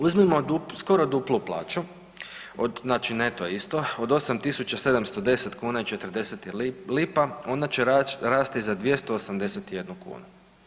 Uzmimo skoru duplu plaću znači neto isto od 8.710 kuna i 40 lipa ona će rasti za 281 kunu.